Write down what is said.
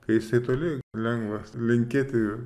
kai jisai toli lengva linkėti